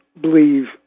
believe